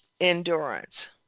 endurance